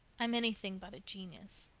i'm anything but a genius.